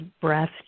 breath